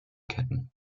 ketten